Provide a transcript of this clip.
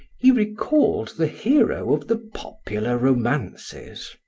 he recalled the hero of the popular romances.